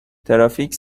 ترافیک